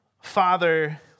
Father